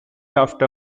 after